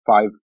five